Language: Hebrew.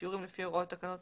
בשיעורים לפי הוראות תקנות